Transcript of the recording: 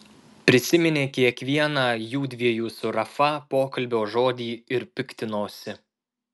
prisiminė kiekvieną jųdviejų su rafa pokalbio žodį ir piktinosi